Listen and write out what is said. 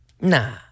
Nah